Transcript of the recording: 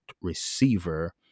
receiver